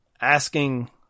asking